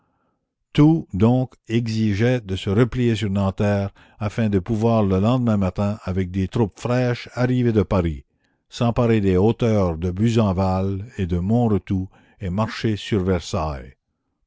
tout donc exigeait de se replier sur nanterre afin de pouvoir le lendemain matin avec des troupes fraîches arrivées de paris s'emparer des hauteurs de buzenval et de montretout et marcher sur versailles